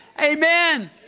Amen